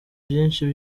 byinshi